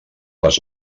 les